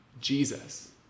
Jesus